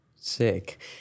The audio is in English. Sick